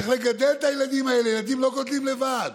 צריך לגדל את הילדים האלה, ילדים לא גדלים לבד.